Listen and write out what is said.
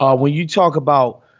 um when you talk about.